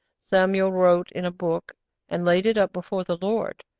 samuel wrote in a book and laid it up before the lord.